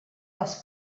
les